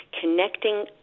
connecting